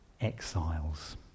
exiles